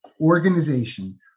organization